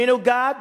מנוגד